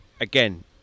again